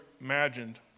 imagined